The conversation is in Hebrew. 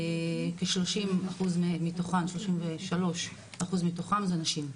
כ-33 אחוז מתוכם הן נשים.